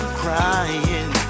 crying